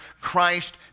Christ